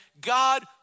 God